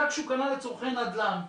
גג שהוא קנה לצורכי נדל"ן.